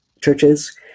churches